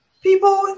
People